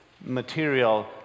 material